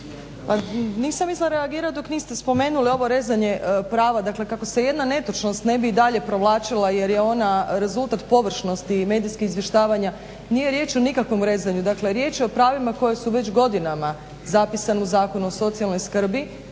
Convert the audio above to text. nisam mislila reagirat dok niste spomenuli ovo rezanje prava, dakle kako se jedna netočnost ne bi dalje provlačila jer je ona rezultat površnosti i medijskih izvještavanja, nije riječ o nikakvom rezanju, dakle riječ je o pravima koja su već godinama zapisana u Zakonu o socijalnoj skrb,